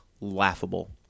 laughable